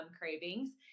cravings